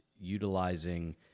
utilizing